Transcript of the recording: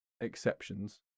exceptions